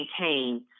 maintain